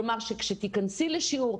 כלומר שכשתיכנסי לשיעור,